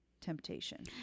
temptation